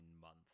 months